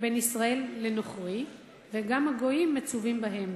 בין ישראל לנוכרי וגם הגויים מצווים בהן.